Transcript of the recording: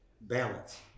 Balance